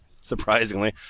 surprisingly